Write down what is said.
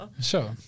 sure